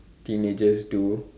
teenagers do